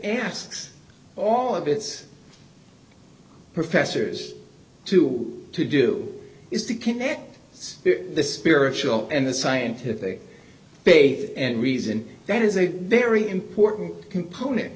asks all of its professors to to do is to connect the spiritual and the scientific basis and reason that is a very important component